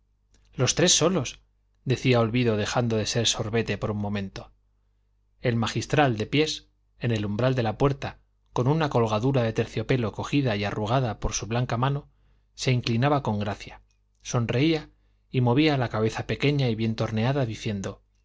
los tres solos decía olvido dejando de ser sorbete por un momento el magistral de pies en el umbral de una puerta con una colgadura de terciopelo cogida y arrugada por su blanca mano se inclinaba con gracia sonreía y movía la cabeza pequeña y bien torneada diciendo